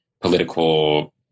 political